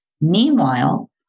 Meanwhile